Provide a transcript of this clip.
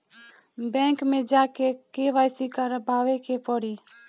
Bank मे जा के के.वाइ.सी करबाबे के पड़ी?